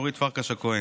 אורית פרקש הכהן,